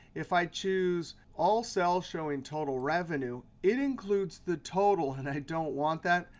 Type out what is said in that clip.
if i choose all cells showing total revenue, it includes the total. and i don't want that,